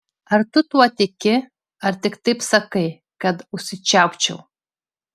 ar tu tuo tiki ar tik taip sakai kad užsičiaupčiau